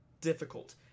difficult